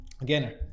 Again